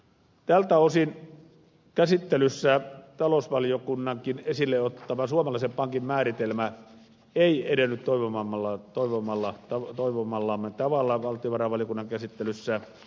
tältä osin talousvaliokunnankin esille ottama suomalaisen pankin määritelmä ei edennyt toivomallamme tavalla valtiovarainvaliokunnan käsittelyssä